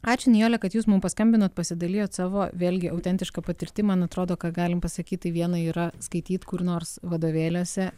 ačiū nijole kad jūs mums paskambinot pasidalijot savo vėlgi autentiška patirtim man atrodo ką galim pasakyt tai viena yra skaityt kur nors vadovėliuose